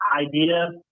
idea